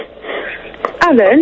Alan